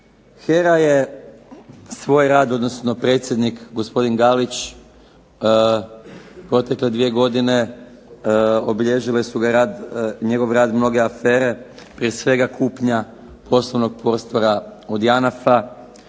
HERA je svoj rad, odnosno predsjednik gospodin Galić protekle dvije godine, obilježile su ga rad, njegov rad mnoge afere, prije svega kupnja prostornog prostora od JANAF-a